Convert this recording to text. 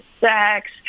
sex